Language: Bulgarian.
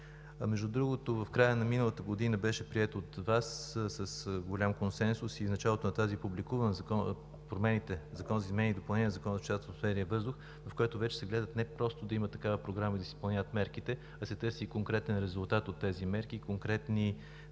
Между другото, в края на миналата година от Вас беше приет с голям консенсус, а в началото на тази година бе публикуван Законът за изменение и допълнение на Закона за чистотата на атмосферния въздух, в който вече се гледа не просто да има такава програма и да се изпълняват мерките, а се търси конкретен резултат от тези мерки и конкретни